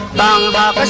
la la